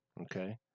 Okay